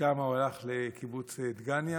משם הוא הלך לקיבוץ דגניה,